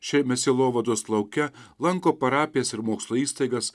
šiame sielovados lauke lanko parapijas ir mokslo įstaigas